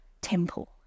temple